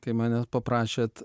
kai mane paprašėt